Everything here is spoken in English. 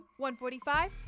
145